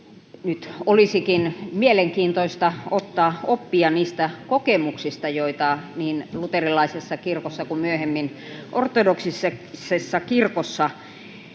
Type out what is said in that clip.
Nyt olisikin mielenkiintoista ottaa oppia niistä kokemuksista, joita niin luterilaisessa kirkossa kuin myöhemmin ortodoksisessa kirkossa